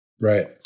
right